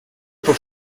pour